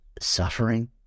suffering